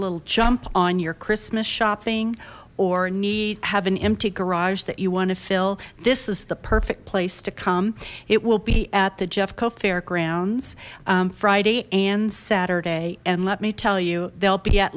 little jump on your christmas shopping or need have an empty garage that you want to fill this is the perfect place to come it will be at the jeffco farik friday and saturday and let me tell you they'll be at